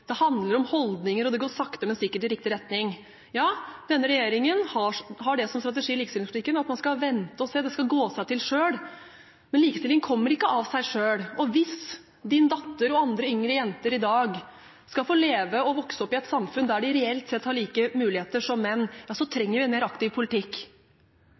Det handler om holdninger, og at det går sakte, men sikkert i riktig retning. Ja, denne regjeringen har som strategi i likestillingspolitikken at man skal vente og se, at det skal gå seg til av seg selv, men likestilling kommer ikke av seg selv. Hvis representanten Tønders datter og andre yngre jenter i dag skal få leve og vokse opp i et samfunn der de reelt sett har like muligheter som menn, trenger vi en mer aktiv politikk.